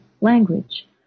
language